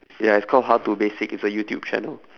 ya it's called how to basic it's a youtube channel